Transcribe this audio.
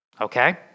okay